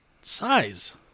Size